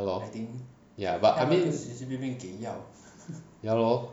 ya lor but I mean ya lor